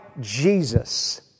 Jesus